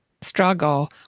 struggle